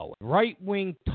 right-wing